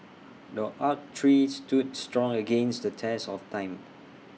the oak tree stood strong against the test of time